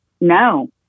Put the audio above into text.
No